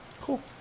Cool